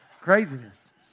craziness